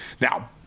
Now